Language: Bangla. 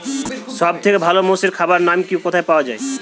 সব থেকে ভালো মোষের খাবার নাম কি ও কোথায় পাওয়া যায়?